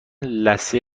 لثه